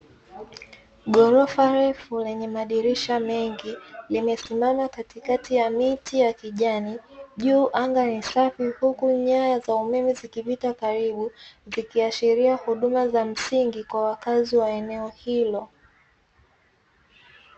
Ghorofa refu lenye madirisha mengi limesimama katikati ya miti ya kijani, juu anga ni safi huku nyaya za umeme zikipita karibu zikiashiria huduma za msingi kwa wakazi wa eneo hilo.